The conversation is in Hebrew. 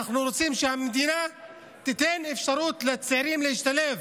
אנחנו רוצים שהמדינה תיתן אפשרות לצעירים להשתלב,